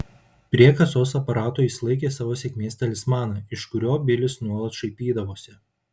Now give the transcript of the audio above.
prie kasos aparato jis laikė savo sėkmės talismaną iš kurio bilis nuolat šaipydavosi